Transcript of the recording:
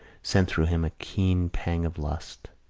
sent through him a keen pang of lust.